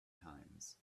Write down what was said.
times